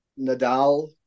Nadal